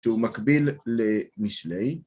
שהוא מקביל למשלי.